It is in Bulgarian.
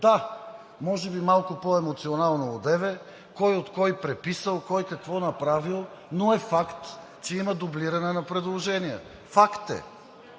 Да, може би малко по-емоционално одеве, кой от кой преписал, кой какво направил, но е факт, че има дублиране на предложения. Факт е!